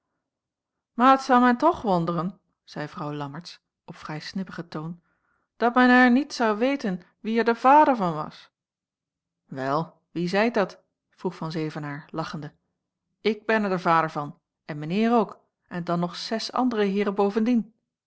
mair t zou main toch wonderen zeî vrouw lammertsz op vrij snibbigen toon dat men haier niet zou weten wie er de vader van was wel wie zeit dat vroeg van zevenaer lachende ik ben er de vader van en mijn heer ook en dan nog zes andere heeren bovendien